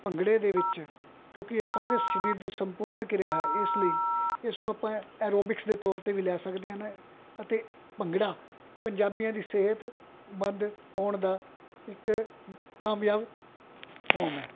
ਭੰਗੜੇ ਦੇ ਵਿੱਚ ਕਿਉਂਕਿ ਇਹ ਸਾਰੇ ਸਰੀਰ ਦੇ ਸੰਪੂਰਨ ਕਿਰਿਆ ਹੈ ਇਸ ਲਈ ਇਸ ਨੂੰ ਆਪਾਂ ਐਰੋਬਿਕਸ ਦੇ ਤੌਰ 'ਤੇ ਵੀ ਲੈ ਸਕਦੇ ਹਨ ਅਤੇ ਭੰਗੜਾ ਪੰਜਾਬੀਆਂ ਦੀ ਸਿਹਤਮੰਦ ਹੋਣ ਦਾ ਇੱਕ ਕਾਮਯਾਬ ਫੋਰਮ ਹੈ